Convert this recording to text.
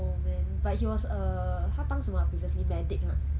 oh man but he was a 他当什么啊 previously medic ah